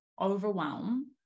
overwhelm